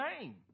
name